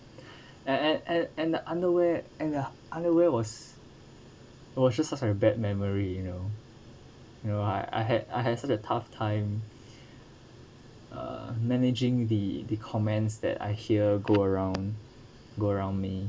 and and and and the underwear and the underwear was was just such a bad memory you know you know I I had I had a tough time uh managing the comments that I hear go around go around me